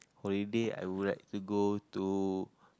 holiday I would like to go to